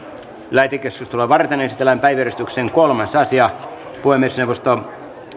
lähetekeskustelua varten esitellään päiväjärjestyksen kolmas asia puhemiesneuvosto